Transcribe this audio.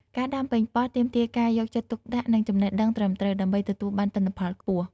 ការដាំប៉េងប៉ោះទាមទារការយកចិត្តទុកដាក់ និងចំណេះដឹងត្រឹមត្រូវ ដើម្បីទទួលបានទិន្នផលខ្ពស់។